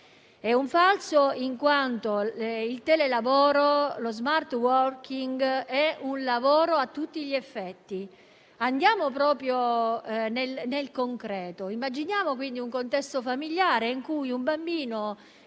è un falso, in quanto il telelavoro, lo *smart working*, è un lavoro a tutti gli effetti. Andiamo nel concreto e immaginiamo un contesto familiare in cui un bambino